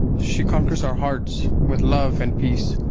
she conquers our hearts with love and peace,